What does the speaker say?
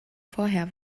vorher